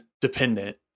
dependent